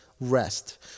rest